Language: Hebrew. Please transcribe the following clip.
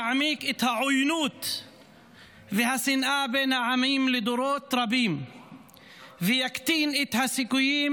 יעמיק את העוינות והשנאה בין העמים לדורות רבים ויקטין את הסיכויים